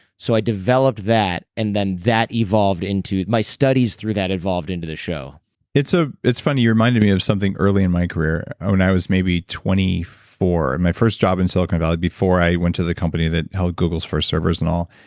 so i developed that, and then that evolved into. my studies through that evolved into the show it's ah it's funny. you reminded me of something early in my career. when i was twenty four, and my first job in silicon valley, before i went to the company that held google's first servers and all,